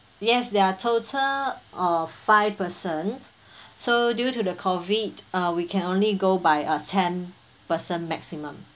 yes there are total of five person so due to the COVID uh we can only go by a ten person maximum